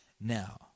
now